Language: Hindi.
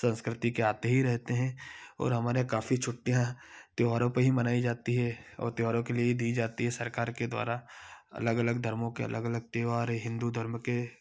संस्कृति के आते ही रहते हैं और हमारे काफी छुट्टियाँ त्योहारों पर ही मनाई जाती हैं और त्योहारों के लिए ही दी जाती हैं सरकार के द्वारा अलग अलग धर्मों के अलग अलग त्यौहार हैं हिंदू धर्म के